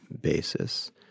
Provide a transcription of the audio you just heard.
basis